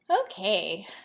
Okay